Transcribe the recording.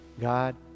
God